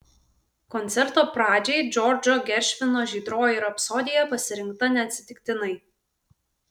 koncerto pradžiai džordžo geršvino žydroji rapsodija pasirinkta neatsitiktinai